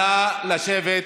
נא לשבת.